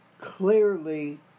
clearly